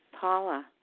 Paula